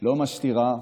לא מסתירה,